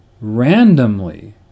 randomly